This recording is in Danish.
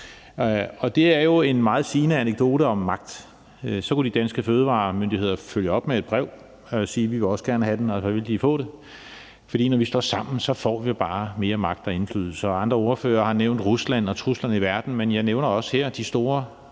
Det er jo en meget sigende anekdote om magt. Så kunne de danske fødevaremyndigheder følge op med et brev og sige, at vi også gerne ville have den, og så ville vi få den. For når vi står sammen, får vi bare mere magt og indflydelse. Andre ordførere har nævnt Rusland og truslerne i verden, men jeg nævner også her de store